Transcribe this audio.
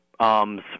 arms